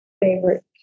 favorite